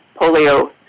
polio